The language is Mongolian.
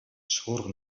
шуурга